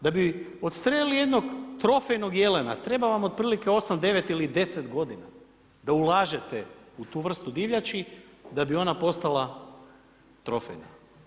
Da bi odstrijelili jednog trofejnog jelena, treba vam otprilike 8, 9 ili 10 godina, da ulažete u tu vrstu divljači da bi ona postala trofejna.